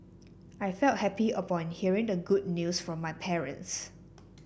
I felt happy upon hearing the good news from my parents